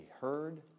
heard